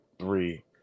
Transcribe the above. three